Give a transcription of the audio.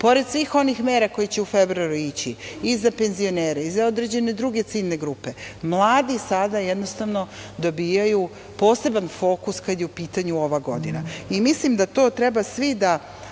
svih onih mera koji će u februaru ići i za penzionere i za određene druge ciljne grupe, mladi sada jednostavno dobijaju poseban fokus kada je u pitanju ova godina. Mislim da to treba svi da